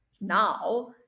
now